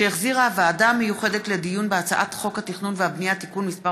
שהחזירה הוועדה המיוחדת לדיון בהצעת חוק התכנון והבנייה (תיקון מס'